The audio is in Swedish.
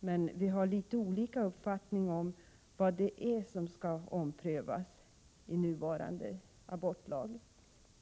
Men vi har något olika uppfattningar om vad det är som skall omprövas i nuvarande abortlag.